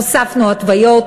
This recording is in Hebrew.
הוספנו התוויות,